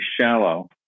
shallow